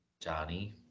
Johnny